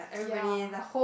ya